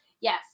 Yes